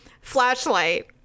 Flashlight